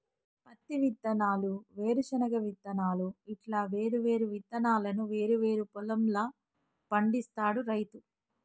పత్తి విత్తనాలు, వేరుశన విత్తనాలు ఇట్లా వేరు వేరు విత్తనాలను వేరు వేరు పొలం ల పండిస్తాడు రైతు